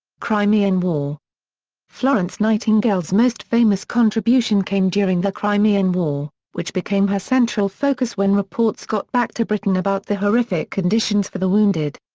crimean war florence nightingale's most famous contribution came during the crimean war, which became her central focus when reports got back to britain about the horrific conditions for the wounded.